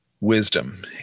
Wisdom